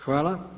Hvala.